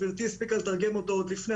גבירתי הספיקה לתרגם אותו עוד לפני,